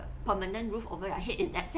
permanent roof over your head in that